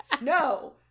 no